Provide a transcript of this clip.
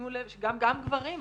ושימו לב שגם גברים,